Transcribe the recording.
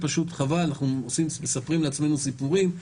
אנחנו מספרים לעצמנו סיפורים,